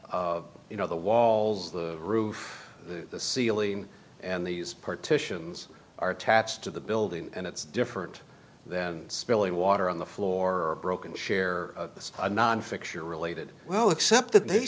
you know the walls the roof the ceiling and these partitions are attached to the building and it's different than spilling water on the floor or broken share this a nonfiction related well except that they